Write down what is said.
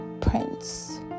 Prince